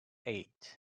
eight